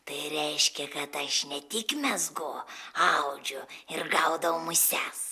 tai reiškia kad aš ne tik mezgu audžiu ir gaudau muses